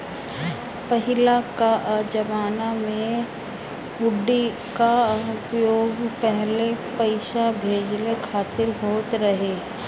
पहिले कअ जमाना में हुंडी कअ उपयोग पहिले पईसा भेजला खातिर होत रहे